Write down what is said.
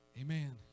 Amen